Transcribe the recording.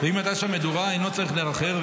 ואם הייתה שם מדורה אינו צריך נר אחר.